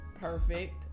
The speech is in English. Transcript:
perfect